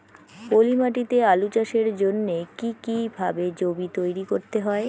পলি মাটি তে আলু চাষের জন্যে কি কিভাবে জমি তৈরি করতে হয়?